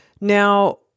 Now